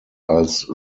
als